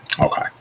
Okay